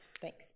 Thanks